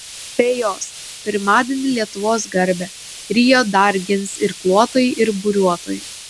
be jos pirmadienį lietuvos garbę rio dar gins irkluotojai ir buriuotojai